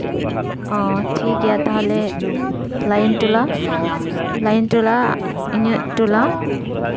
ᱚ ᱴᱷᱤᱠ ᱜᱮᱭᱟ ᱛᱟᱦᱞᱮ ᱞᱟᱭᱤᱱ ᱴᱚᱞᱟ ᱞᱟᱭᱤᱱ ᱴᱚᱞᱟ ᱤᱧᱟᱹᱜ ᱴᱚᱞᱟ